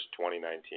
2019